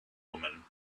woman